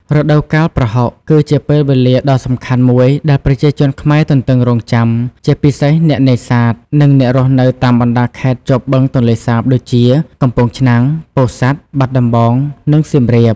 រដូវកាលប្រហុក គឺជាពេលវេលាដ៏សំខាន់មួយដែលប្រជាជនខ្មែរទន្ទឹងរង់ចាំ ជាពិសេសអ្នកនេសាទ និងអ្នករស់នៅតាមបណ្តាខេត្តជាប់បឹងទន្លេសាបដូចជា កំពង់ឆ្នាំង ពោធិ៍សាត់ បាត់ដំបង និងសៀមរាប។